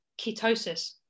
ketosis